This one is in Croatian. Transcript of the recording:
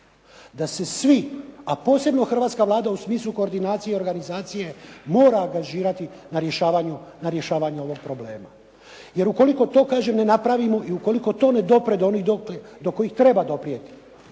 da se svi a posebno hrvatska Vlada u smislu koordinacije i organizacije mora angažirati na rješavanje ovoga problema. Jer ukoliko to kažem ne napravimo i ukoliko to ne dopre do onih do kojih treba doprijeti,